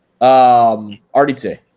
RDT